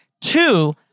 Two